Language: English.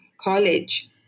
college